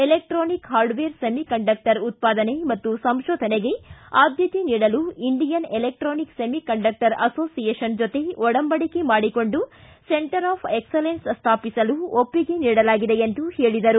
electronic hardware semiconductor ಉತ್ಪಾದನೆ ಮತ್ತು ಸಂಶೋಧನೆಗೆ ಆದ್ಯತೆ ನೀಡಲು Indian electronic semiconductor association ಜತೆ ಒಡಂಬಡಿಕೆ ಮಾಡಿಕೊಂಡು ಸೆಂಟರ್ ಆಫ್ ಎಕ್ಸಲೆನ್ಸ್ ಸ್ಥಾಪಿಸಲು ಒಪ್ಪಿಗೆ ನೀಡಲಾಗಿದೆ ಎಂದು ಹೇಳದರು